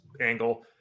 angle